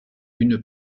une